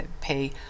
pay